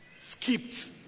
skipped